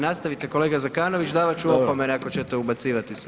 Nastavite kolega Zekanović, davat ću opomene ako ćete ubacivati se.